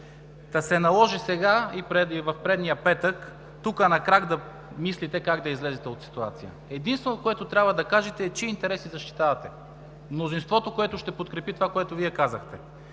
та се наложи сега и предния петък тук, на крак, да мислите как да излезете от ситуацията? Единственото, което трябва да кажете, е чии интереси защитавате – мнозинството, което ще подкрепи това, което Вие казахте,